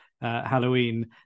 Halloween